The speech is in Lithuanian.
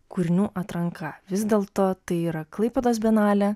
kūrinių atranka vis dėlto tai yra klaipėdos bienalė